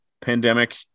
pandemic